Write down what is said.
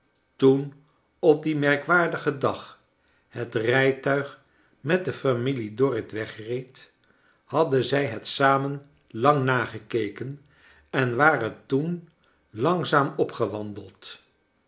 toen op dien merkwaardigen dag het rijtuig met de familie dorrit wegreed hadden zij het samen lang nagekeken en waren toen langzaam opgewandeld